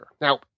Now